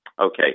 Okay